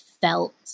felt